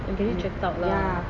and get it checked up lah